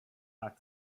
back